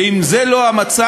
ואם זה לא המצב,